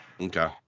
Okay